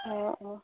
অঁ অঁ